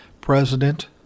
president